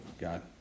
God